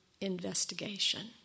investigation